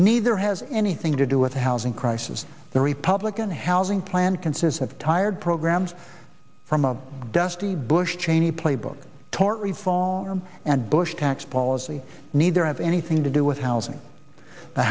neither has anything to do with the housing crisis the republican housing plan consists of tired programs from of dusty bush cheney playbook torture evolved from and bush tax policy neither have anything to do with housing the